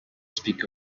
speak